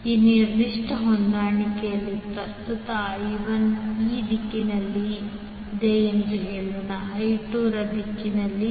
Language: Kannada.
ಈ ನಿರ್ದಿಷ್ಟ ಹೊಂದಾಣಿಕೆಯಲ್ಲಿ ಪ್ರಸ್ತುತ i 1 ಈ ದಿಕ್ಕಿನಲ್ಲಿದೆ ಎಂದು ಹೇಳೋಣ i 2 ಈ ದಿಕ್ಕಿನಲ್ಲಿದೆ